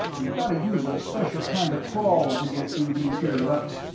you gotta use a special kinda crawl to get through these here ducts,